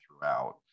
throughout